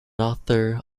author